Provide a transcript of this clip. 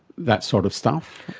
that sort of stuff?